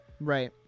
Right